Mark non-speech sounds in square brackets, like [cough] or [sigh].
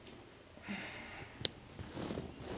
[breath]